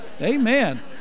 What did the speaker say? Amen